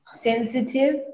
sensitive